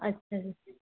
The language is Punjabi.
ਅੱਛਾ ਜੀ